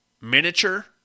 miniature